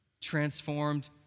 Transformed